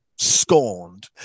scorned